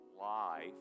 life